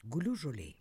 guliu žolėj